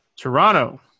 Toronto